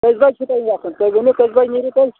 کٔژِ بَجہِ چھُ تۄہہِ وۄتھُن تُہۍ ؤنِو کٔژِ بَجہِ نیٖرِو تیٚلہِ